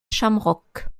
shamrock